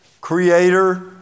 creator